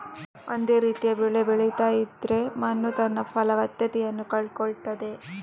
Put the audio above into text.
ಒಂದೇ ರೀತಿಯ ಬೆಳೆ ಬೆಳೀತಾ ಇದ್ರೆ ಮಣ್ಣು ತನ್ನ ಫಲವತ್ತತೆಯನ್ನ ಕಳ್ಕೊಳ್ತದೆ